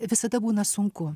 visada būna sunku